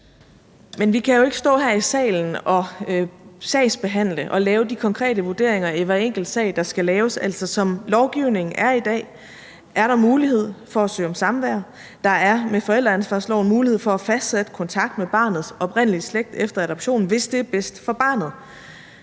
Men vi kan jo ikke stå her i salen og sagsbehandle og lave de konkrete vurderinger, der skal laves, i hver enkelt sag. Altså, som lovgivningen er i dag, er der mulighed for at søge om samvær. Der er med forældreansvarsloven mulighed for at fastsætte kontakt med barnets oprindelige slægt efter adoptionen, hvis det er bedst for barnet.